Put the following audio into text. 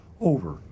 Over